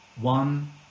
one